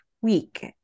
week